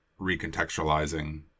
recontextualizing